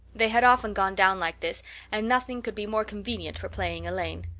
they had often gone down like this and nothing could be more convenient for playing elaine.